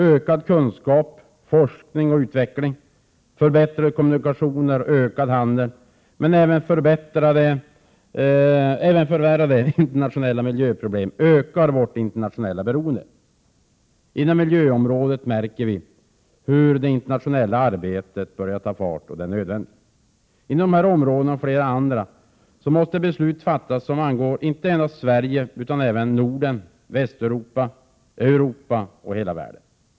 Ökad kunskap, forskning och utveckling, förbättrade kommunikationer och ökad handel men även förvärrade internationella miljöproblem ökar vårt internationella beroende. Inom miljöområdet märker vi hur det internationella arbetet börjar ta fart, och det är nödvändigt. På dessa och flera områden måste beslut fattas som angår inte endast Sverige utan även Norden, Västeuropa, Europa och hela världen.